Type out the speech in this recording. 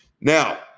Now